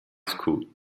school